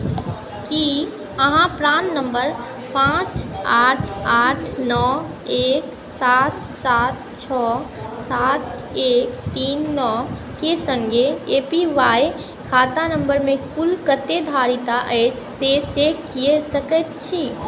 की अहाँ प्राण नम्बर पाँच आठ आठ नओ एक सात सात छओ सात एक तीन नओके सङ्गे ए पी वाई खातामे कुल कते धारिता अछि से चेक कऽ सकैत छी